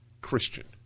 Christian